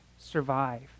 survive